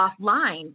offline